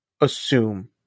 assume